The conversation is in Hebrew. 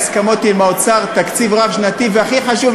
אנחנו אנשי אמת, חיים.